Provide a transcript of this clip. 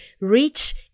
reach